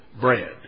bread